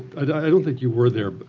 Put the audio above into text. i don't think you were there. but